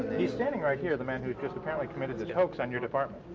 he's standing right here, the man who just apparently committed this hoax on your department.